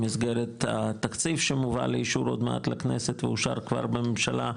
במסגרת התקציב שמובא לאישור עוד מעט לכנסת ואושר כבר בממשלה,